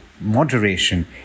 moderation